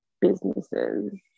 businesses